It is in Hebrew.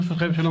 שלום,